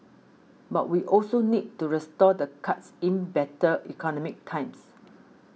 but we also need to restore the cuts in better economic times